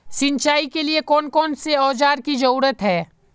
सिंचाई के लिए कौन कौन से औजार की जरूरत है?